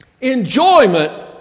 Enjoyment